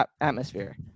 Atmosphere